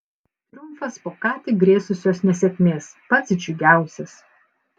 triumfas po ką tik grėsusios nesėkmės pats džiugiausias